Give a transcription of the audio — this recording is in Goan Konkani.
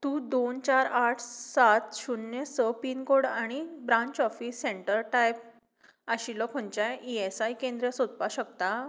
तूं दोन चार आठ सात शुन्य स पीनकोड आमी ब्रांच ऑफीस सँटर टायप आशिल्लो खंयच्याय ई एस आय केंद्र सोदपाक शकता